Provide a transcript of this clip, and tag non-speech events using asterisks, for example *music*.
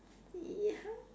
*noise*